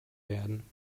werden